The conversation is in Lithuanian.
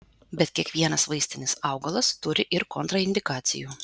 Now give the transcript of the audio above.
bet kiekvienas vaistinis augalas turi ir kontraindikacijų